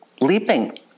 leaping